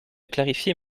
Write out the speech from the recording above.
clarifier